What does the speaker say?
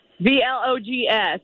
V-L-O-G-S